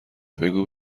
بگو